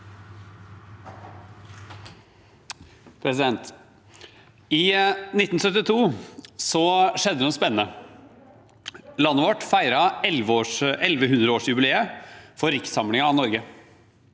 I 1972 skjed- de det noe spennende. Landet vårt feiret 1100-årsjubileet for rikssamlingen av Norge.